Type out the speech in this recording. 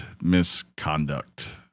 misconduct